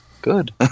Good